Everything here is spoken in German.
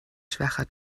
schwacher